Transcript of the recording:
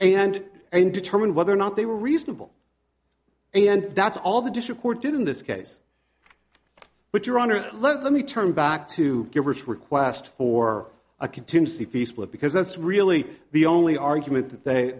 and and determine whether or not they were reasonable and that's all the district court did in this case but your honor let me turn back to request for a contingency fee split because that's really the only argument that they